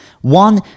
One